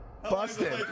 Busted